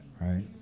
Right